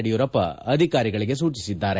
ಯಡಿಯೂರಪ್ಪ ಅಧಿಕಾರಿಗಳಿಗೆ ಸೂಚಿಸಿದ್ದಾರೆ